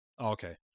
okay